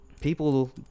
people